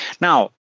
Now